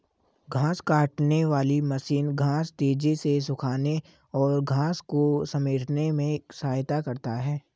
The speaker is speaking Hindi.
घांस काटने वाली मशीन घांस तेज़ी से सूखाने और घांस को समेटने में सहायता करता है